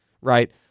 right